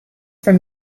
from